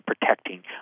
protecting